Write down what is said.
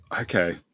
okay